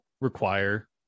require